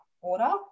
order